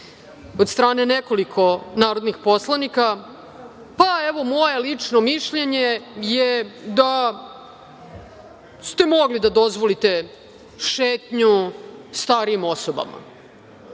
od strane nekoliko narodnih poslanika, pa evo moje lično mišljenje je da ste mogli da dozvolite šetnju starijim osobama,